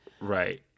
right